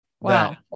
Wow